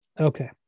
Okay